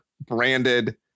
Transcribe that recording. branded